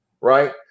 right